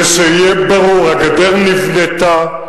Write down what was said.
ושיהיה ברור: הגדר נבנתה,